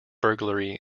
burglary